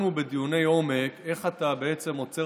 אנחנו בדיוני עומק איך בעצם אתה עוצר